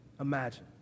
Imagine